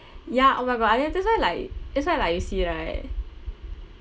ya oh my god I know that's why like that's why I like you see right